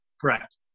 Correct